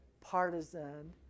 partisan